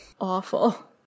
awful